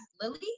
Lily